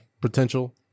Potential